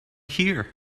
here